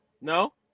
No